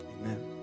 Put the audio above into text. amen